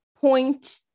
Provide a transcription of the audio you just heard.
point